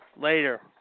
later